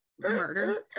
murder